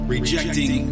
Rejecting